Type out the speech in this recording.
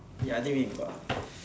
ya I think we need to go out